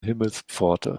himmelspforte